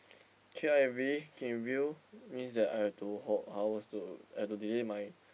K_I_V keep in view means that I have to hold hours to had to delay my